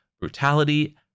brutality